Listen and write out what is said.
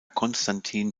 konstantin